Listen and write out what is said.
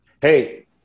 Hey